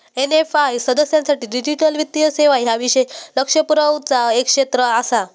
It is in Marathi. ए.एफ.आय सदस्यांसाठी डिजिटल वित्तीय सेवा ह्या विशेष लक्ष पुरवचा एक क्षेत्र आसा